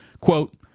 quote